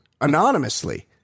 anonymously